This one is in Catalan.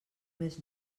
més